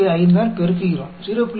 5 ஆல் பெருக்குகிறோம் 0